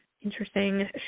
Interesting